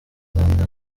aganira